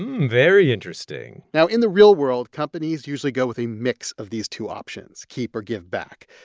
very interesting now, in the real world, companies usually go with a mix of these two options keep or give back.